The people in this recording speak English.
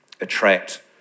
attract